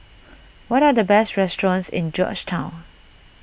what are the best restaurants in Georgetown